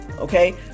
okay